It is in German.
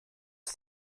ist